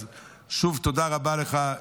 אז שוב תודה רבה לך,